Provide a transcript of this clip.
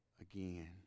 again